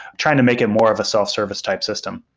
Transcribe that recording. trying to make it more of a self-service type system.